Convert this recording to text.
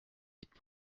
vite